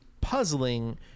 puzzling